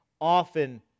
often